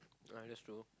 alright let's do